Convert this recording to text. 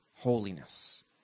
holiness